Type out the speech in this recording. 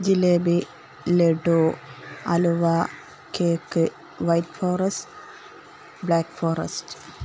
jalebi laddu halwa cake white forest black forest